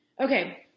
Okay